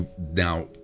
now